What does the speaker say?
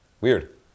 Weird